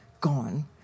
gone